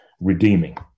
redeeming